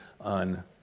on